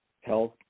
health